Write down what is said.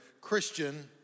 Christian